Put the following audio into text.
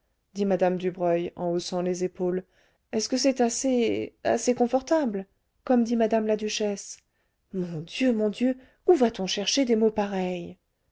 dit mme dubreuil en haussant les épaules est-ce que c'est assez assez confortable comme dit mme la duchesse mon dieu mon dieu où va-t-on chercher des mots pareils